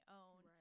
own